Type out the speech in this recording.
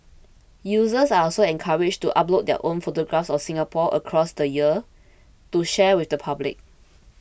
users are also encouraged to upload their own photographs of Singapore across the years to share with the public